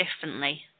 differently